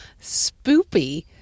Spoopy